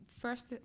first